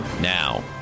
now